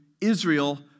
Israel